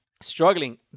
Struggling